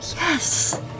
yes